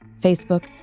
Facebook